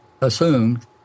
assumed